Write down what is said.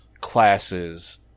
classes